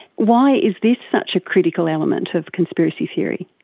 why is this such a critical element of conspiracy theory